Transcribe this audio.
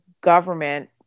government